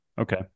Okay